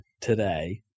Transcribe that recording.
today